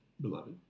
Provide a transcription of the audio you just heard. beloved